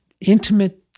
intimate